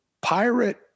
pirate